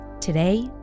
Today